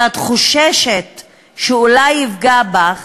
שאת חוששת שאולי יפגע בך,